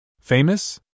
Famous